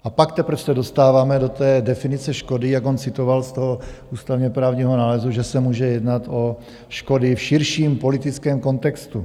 A pak se teprve dostáváme do té definice škody, jak on citoval z toho ústavněprávního nálezu, že se může jednat o škody v širším politickém kontextu.